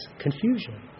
confusion